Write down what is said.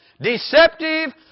Deceptive